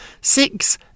six